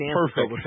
perfect